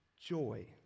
joy